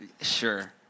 Sure